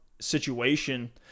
situation